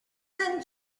then